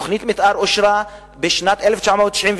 תוכנית המיתאר אושרה בשנת 1991,